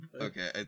Okay